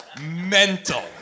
Mental